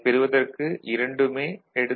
அதைப் பெறுவதற்கு இரண்டுமே எ